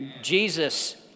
Jesus